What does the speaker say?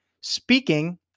Speaking